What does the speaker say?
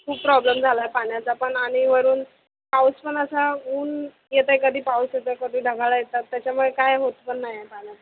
खूप प्रॉब्लेम झाला आहे पाण्याचा पण आणि वरून पाऊस पण असा ऊन येतं आहे कधी पाऊस येतो आहे कधी ढगाळं येतात त्याच्यामुळे काही होत पण नाही आहे पाण्याचं